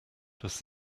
does